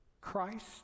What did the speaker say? Christ